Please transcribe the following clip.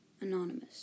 Anonymous